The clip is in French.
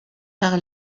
par